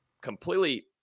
Completely